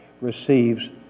receives